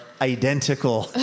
identical